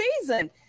season